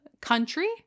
country